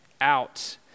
out